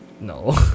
No